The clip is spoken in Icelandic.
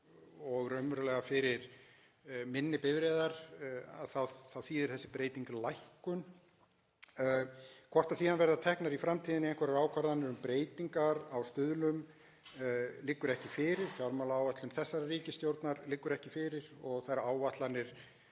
og raunverulega fyrir minni bifreiðar þá þýðir þessi breyting lækkun. Hvort síðan verða teknar í framtíðinni einhverjar ákvarðanir um breytingar á stuðlum liggur ekki fyrir. Fjármálaáætlun þessarar ríkisstjórnar liggur ekki fyrir og þær áætlanir